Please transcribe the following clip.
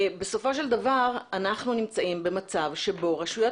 בסופו של דבר אנחנו נמצאים במצב שבו רשויות